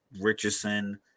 Richardson